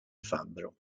fabbro